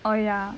oh ya